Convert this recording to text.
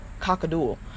cockadoodle